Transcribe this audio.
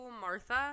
Martha